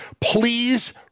please